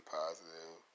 positive